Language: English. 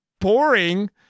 boring